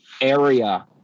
area